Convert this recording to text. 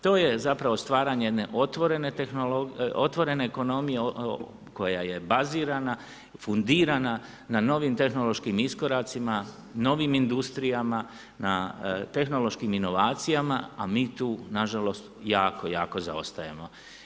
To je zapravo stvaranje jedne otvorene ekonomije koja je bazirana, fundirana na novim tehnološkim iskoracima, novim industrijama, na tehnološkim inovacijama, a mi tu nažalost jako, jako zaostajemo.